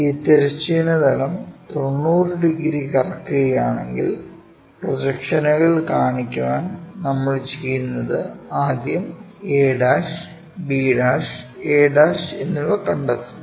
ഈ തിരശ്ചീന തലം 90 ഡിഗ്രി കറക്കുകയാണെങ്കിൽ പ്രൊജക്ഷനുകൾ കാണിക്കാൻ നമ്മൾ ചെയ്യുന്നത് ആദ്യം a b a എന്നിവ കണ്ടെത്തുന്നു